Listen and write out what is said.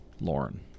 Lauren